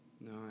No